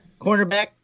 cornerback